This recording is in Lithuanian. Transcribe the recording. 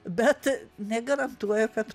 bet negarantuoju kad